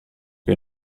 che